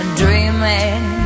dreaming